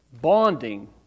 bonding